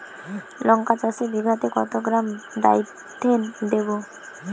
লঙ্কা চাষে বিঘাতে কত গ্রাম ডাইথেন দেবো?